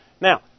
Now